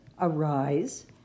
Arise